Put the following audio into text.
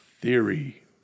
Theory